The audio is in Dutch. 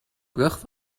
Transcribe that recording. brug